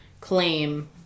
Claim